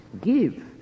give